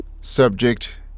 Subject